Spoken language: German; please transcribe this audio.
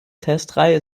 testreihe